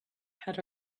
had